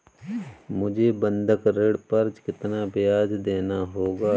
मुझे बंधक ऋण पर कितना ब्याज़ देना होगा?